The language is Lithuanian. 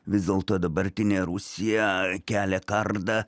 vis dėlto dabartinė rusija kelia kardą